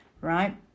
right